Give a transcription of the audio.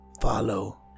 follow